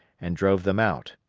and drove them out.